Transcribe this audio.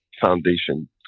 Foundation